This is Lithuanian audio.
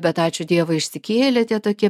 bet ačiū dievui išsikėlė tie tokie